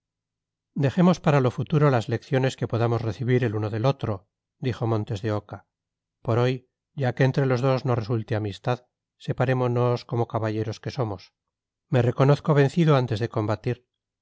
dejemos para lo futuro las lecciones que podamos recibir el uno del otro dijo montes de oca por hoy ya que entre los dos no resulte amistad separémonos como caballeros que somos me reconozco vencido antes de combatir